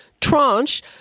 tranche